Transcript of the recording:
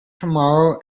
tomorrow